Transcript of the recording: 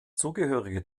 zugehörige